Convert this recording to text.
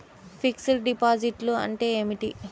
Fixed డిపాజిట్లు అంటే ఏమిటి?